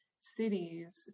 cities